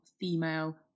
female